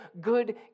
good